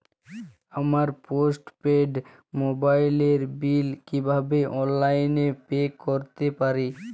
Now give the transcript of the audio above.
আমার post paid মোবাইলের bill কীভাবে অনলাইনে পে করতে পারি?